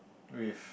with